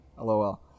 LOL